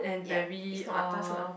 yup it's not atas lah